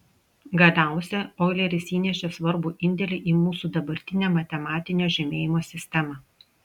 galiausia oileris įnešė svarbų indėlį į mūsų dabartinę matematinio žymėjimo sistemą